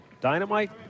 dynamite